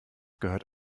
gehört